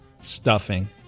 stuffing